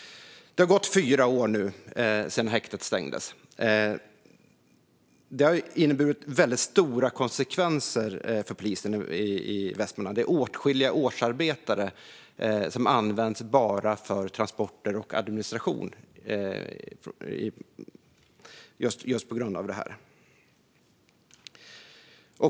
Det har gått fyra år sedan häktet stängdes, vilket har inneburit stora konsekvenser för polisen i Västmanland. Det är åtskilliga årsarbetare som används bara för transporter och administration på grund av detta.